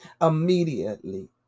immediately